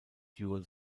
dual